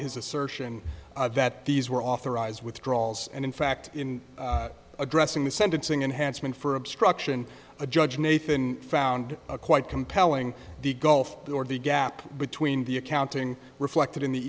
his assertion that these were authorized withdrawals and in fact in addressing the sentencing enhanced meant for obstruction a judge nathan found quite compelling the gulf or the gap between the accounting reflected in the